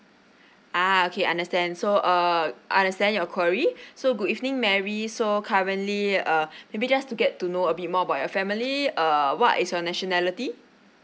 ah okay understand so uh understand your query so good evening mary so currently uh maybe just to get to know a bit more about your family err what is your nationality